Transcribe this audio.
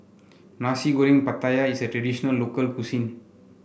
Nasi Goreng Pattaya is a traditional local cuisine